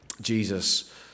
Jesus